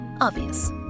Obvious